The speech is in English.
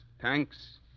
tanks